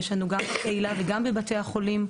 יש לנו גם בקהילה וגם בבתי החולים.